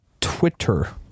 Twitter